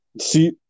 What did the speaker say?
See